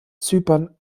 zypern